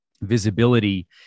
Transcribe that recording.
visibility